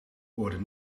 worden